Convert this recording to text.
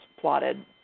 plotted